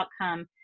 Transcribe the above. outcome